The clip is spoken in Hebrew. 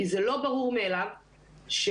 כי זה לא ברור מאליו שמורה,